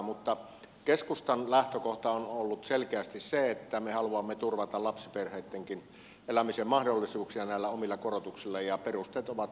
mutta keskustan lähtökohta on ollut selkeästi se että me haluamme turvata lapsiperheittenkin elämisen mahdollisuuksia näillä omilla korotuksilla ja perusteet ovat hyvin selkeät